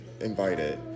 invited